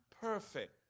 perfect